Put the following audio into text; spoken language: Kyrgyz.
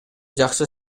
жакшы